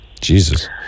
Jesus